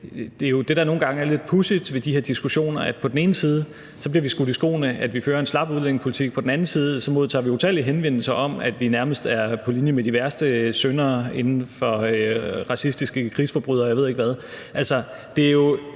praksis. Det, der nogle gange er lidt pudsigt ved de her diskussioner, er, at vi på den ene side bliver skudt i skoene, at vi fører en slap udlændingepolitik, og at vi på den anden side modtager utallige henvendelser om, at vi nærmest er på linje med de værste syndere inden for racistiske krigsforbrydelser, og jeg ved ikke hvad.